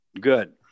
Good